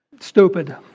Stupid